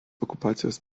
okupacijos